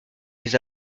les